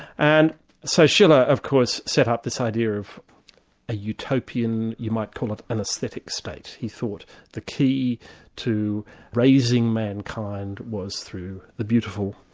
and so schiller, of course, set up this idea of a utopian, you might call it an aesthetic state. he thought the key to raising mankind was through the beautiful,